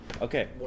Okay